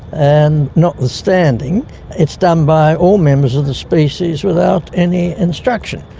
and notwithstanding it's done by all members of the species without any instruction.